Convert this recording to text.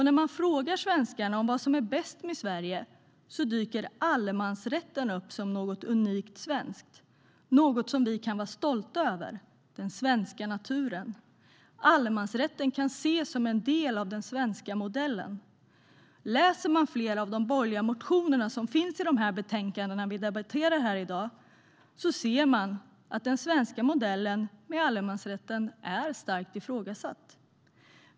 När man frågar svenskarna vad som är bäst med Sverige dyker allemansrätten upp som något unikt svenskt, något som vi kan vara stolta över - den svenska naturen. Allemansrätten kan ses som en del av den svenska modellen. Läser man flera av de borgerliga motioner som behandlas i de betänkanden som vi debatterar i dag ser man att den svenska modellen med allemansrätten är starkt ifrågasatt.